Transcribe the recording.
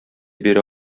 бирә